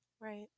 Right